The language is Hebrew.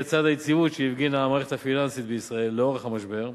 לצד היציבות שהפגינה המערכת הפיננסית בישראל לאורך המשבר,